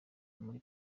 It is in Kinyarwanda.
muri